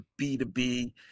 B2B